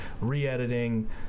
re-editing